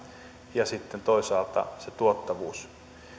ja sitten toisaalta se tuottavuus